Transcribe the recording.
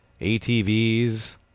ATVs